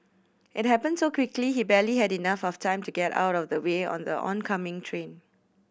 it happened so quickly he barely had enough of time to get out of the way on the oncoming train